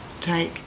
take